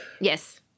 Yes